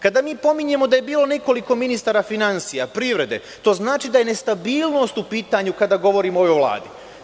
Kada mi pominjemo da je bilo nekoliko ministara finansija, privrede, to znači da je nestabilnost u pitanju, kada govorimo o ovoj Vladi.